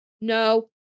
No